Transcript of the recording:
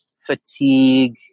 fatigue